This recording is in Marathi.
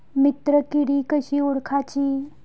मित्र किडी कशी ओळखाची?